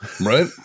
Right